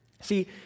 See